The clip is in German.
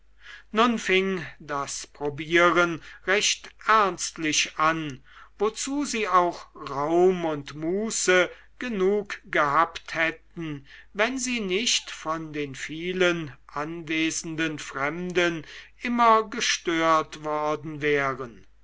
nun fing das probieren recht ernstlich an wozu sie auch raum und muße genug gehabt hätten wenn sie nicht von den vielen anwesenden fremden immer gestört worden wären